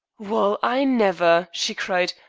well, i never, she cried,